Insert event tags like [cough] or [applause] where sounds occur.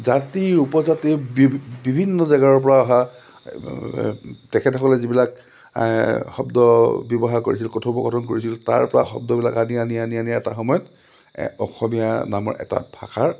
জাতি উপজাতিৰ বিভিন্ন জেগাৰপৰা অহা [unintelligible] তেখেতসকলে যিবিলাক শব্দ ব্যৱহাৰ কৰিছিল কথোপকথন কৰিছিল তাৰপৰা শব্দবিলাক আনি আনি আনি আনি এটা সময়ত অসমীয়া নামৰ এটা ভাষাৰ